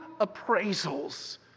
appraisals